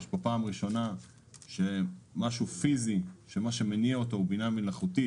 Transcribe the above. זאת פעם ראשונה שמה שמניע משהו פיזי זאת בינה מלאכותית